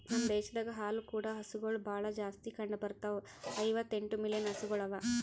ನಮ್ ದೇಶದಾಗ್ ಹಾಲು ಕೂಡ ಹಸುಗೊಳ್ ಭಾಳ್ ಜಾಸ್ತಿ ಕಂಡ ಬರ್ತಾವ, ಐವತ್ತ ಎಂಟು ಮಿಲಿಯನ್ ಹಸುಗೊಳ್ ಅವಾ